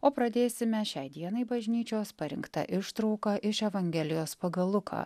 o pradėsime šiai dienai bažnyčios parinkta ištrauka iš evangelijos pagal luką